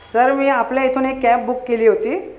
sir मी आपल्या इथून एक कॅब बुक केली होती